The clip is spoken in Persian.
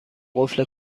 قفل